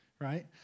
right